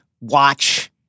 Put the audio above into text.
watch—